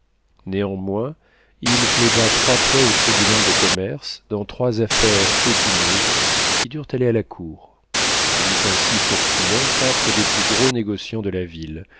néanmoins il plaida trois fois au tribunal de commerce dans trois affaires épineuses qui durent aller à la cour il eut ainsi pour clients quatre des plus gros négociants de la ville